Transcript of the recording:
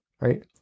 right